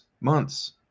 months